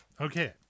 Okay